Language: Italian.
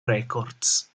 records